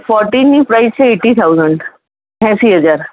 ફોર્ટીનની prize છે eighty thousand એંશી હજાર